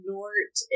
Nort